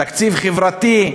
תקציב חברתי.